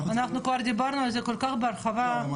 אנחנו כבר דיברנו על זה בהרחבה רבה.